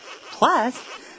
Plus